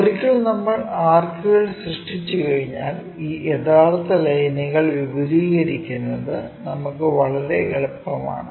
ഒരിക്കൽ നമ്മൾ ആർക്കുകൾ സൃഷ്ടിച്ചുകഴിഞ്ഞാൽ ഈ യഥാർത്ഥ ലൈനുകൾ വിപുലീകരിക്കുന്നത് നമുക്ക് വളരെ എളുപ്പമാണ്